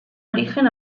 origen